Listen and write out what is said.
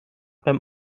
beim